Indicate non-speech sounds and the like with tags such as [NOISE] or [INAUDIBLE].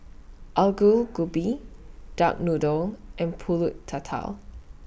[UNINTELLIGIBLE] Gobi Duck Noodle and Pulut Tatal